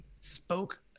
spoke